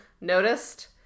Noticed